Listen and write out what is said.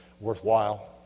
worthwhile